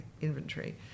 inventory